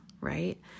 right